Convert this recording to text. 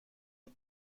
مرا